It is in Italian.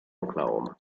oklahoma